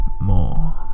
more